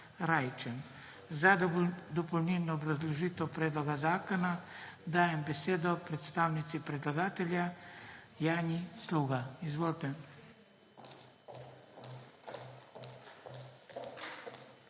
Za dopolnilno obrazložitev predloga zakona dajem besedo predstavnici predlagatelja Janji Sluga. Izvolite.